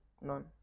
none